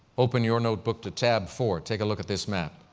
open your notebook to tab four. take a look at this map